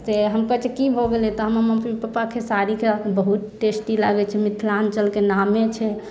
से हम कहै छियै कि भऽ गेलै तऽ हमर मम्मी पपा के खेसारी खाय मे बहुत टेस्टी लागै छै मिथिलाञ्चल के नामे छै